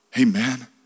Amen